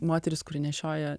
moteris kuri nešioja